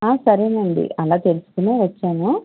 సరేనండి అలా తెలుసుకునే వచ్చాను